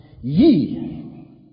ye